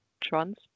trans